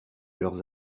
leurs